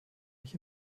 mich